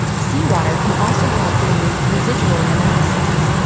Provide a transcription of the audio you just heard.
seawater can also help remove residual nematocysts.